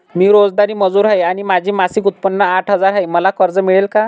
मी रोजंदारी मजूर आहे आणि माझे मासिक उत्त्पन्न आठ हजार आहे, मला कर्ज मिळेल का?